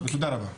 תודה רבה.